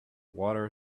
water